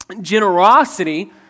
generosity